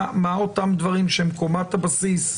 מהם אותם דברים שהם קומת הבסיס,